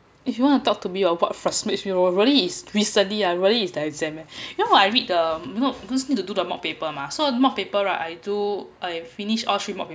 if you want to talk to me or what frustrates me really is recently ah really is the exam leh you know I read the you know because need to do the mock paper mah so mock paper I do I finished all three mock paper